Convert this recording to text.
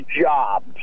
jobs